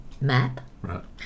map